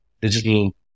digital